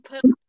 put